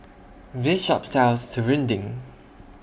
This Shop sells Serunding